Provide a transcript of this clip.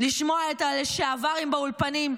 לשמוע את הלשעברים באולפנים,